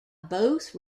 both